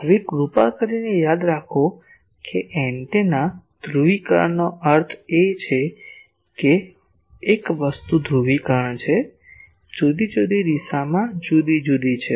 હવે કૃપા કરીને યાદ રાખો કે એન્ટેનાના ધ્રુવીકરણનો અર્થ એ છે કે એક વસ્તુ ધ્રુવીકરણ છે જુદી જુદી દિશામાં જુદી જુદી છે